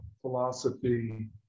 philosophy